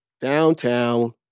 downtown